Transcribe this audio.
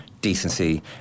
decency